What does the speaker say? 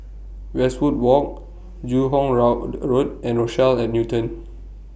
Westwood Walk Joo Hong Road and Rochelle At Newton